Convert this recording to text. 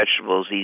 vegetables